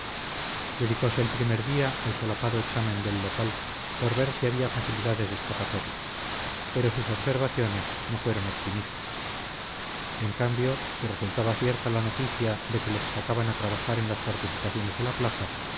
dedicose el primer día al solapado examen del local por ver si había facilidades de escapatoria pero sus observaciones no fueron optimistas en cambio si resultaba cierta la noticia de que les sacaban a trabajar en las fortificaciones de la plaza